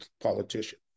politician